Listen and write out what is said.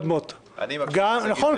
נכון,